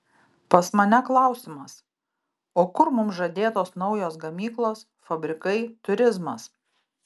pas mane klausimas o kur mums žadėtos naujos gamyklos fabrikai turizmas